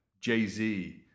Jay-Z